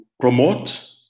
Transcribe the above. promote